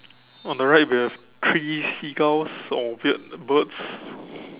on the right we have three seagulls or weird birds